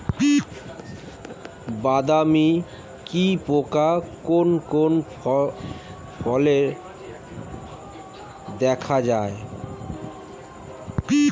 বাদামি কি পোকা কোন কোন ফলে দেখা যায়?